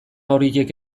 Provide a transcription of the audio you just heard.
horiek